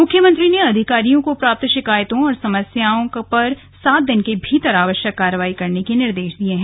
मुख्यमंत्री ने अधिकारियों को प्राप्त शिकायतों और समस्याओं पर सात दिन के भीतर आवश्यक कार्रवाई करने के निर्देश दिए हैं